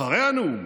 אחרי הנאום,